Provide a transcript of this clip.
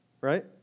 right